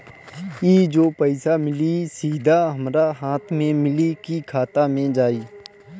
ई जो पइसा मिली सीधा हमरा हाथ में मिली कि खाता में जाई?